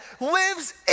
lives